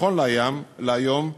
נכון להיום,